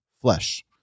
flesh